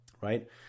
Right